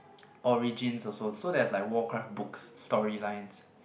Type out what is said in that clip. origin also so there's like Warcraft books storylines